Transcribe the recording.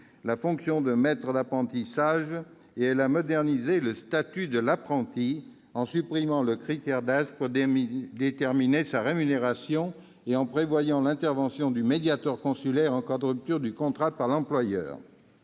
la fonction de maître d'apprentissage et a modernisé le statut de l'apprenti, en supprimant le critère d'âge pour déterminer sa rémunération et en prévoyant l'intervention du médiateur consulaire en cas de rupture du contrat par l'employeur.